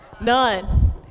None